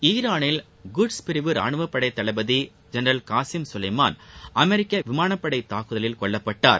ஈராளில் Quds பிரிவு ரானுவப் படை தளபதி ஜென்ரல் காசிம் சுலைமான் அமெரிக்க விமானப்படை தாக்குதலில் கொல்லப்பட்டார்